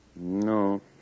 No